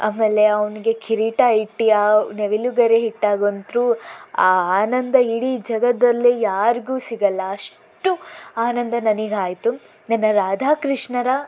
ಆಮೇಲೆ ಅವನಿಗೆ ಕಿರೀಟ ಇಟ್ಟು ಆ ನವಿಲು ಗರಿ ಇಟ್ಟಾಗಂತೂ ಆ ಆನಂದ ಇಡೀ ಜಗದಲ್ಲೇ ಯಾರಿಗೂ ಸಿಗೋಲ್ಲ ಅಷ್ಟು ಆನಂದ ನನಗಾಯ್ತು ನನ್ನ ರಾಧಾಕೃಷ್ಣರ